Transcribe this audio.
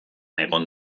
egon